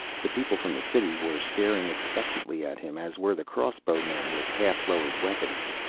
the people from the city were staring expectantly at him, as were the crossbowmen with half-lowered weapons.